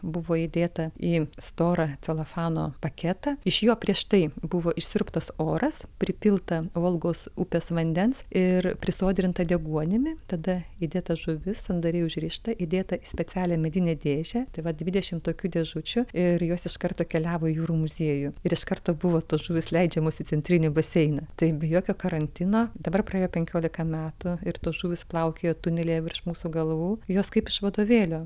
buvo įdėta į storą celofano paketą iš jo prieš tai buvo išsiurbtas oras pripilta volgos upės vandens ir prisodrinta deguonimi tada įdėta žuvis sandariai užrišta įdėta į specialią medinę dėžę tai va dvidešim tokių dėžučių ir jos iš karto keliavo į jūrų muziejų ir iš karto buvo tos žuvys leidžiamos į centrinį baseiną tai be jokio karantino dabar praėjo penkiolika metų ir tos žuvys plaukioja tunelyje virš mūsų galvų jos kaip iš vadovėlio